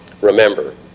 remember